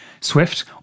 SWIFT